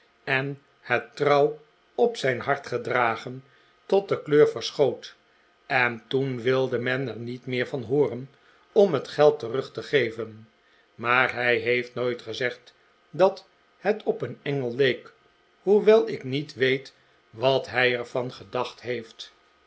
en het trouw op zijn hart gedragen tot de kleur verschoot en toen wilde men er niet van hooren om het geld terug te geven maar hij heeft nooit gezegd dat het op een engel leek hoewel ik niet weet wat hij er van gedacht heeft